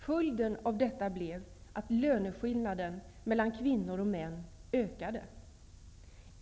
Följden av detta blev att löneskillnaden mellan kvinnor och män ökade.